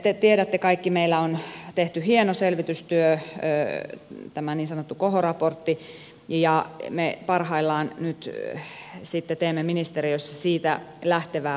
te tiedätte kaikki että meillä on tehty hieno selvitystyö tämä niin sanottu koho raportti ja me parhaillaan nyt sitten teemme ministeriössä siitä lähtevää valmistelutyötä